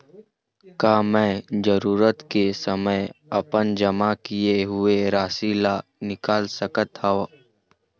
का मैं जरूरत के समय अपन जमा किए हुए राशि ला निकाल सकत हव?